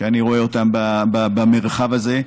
שאני רואה אותם במרחב הזה.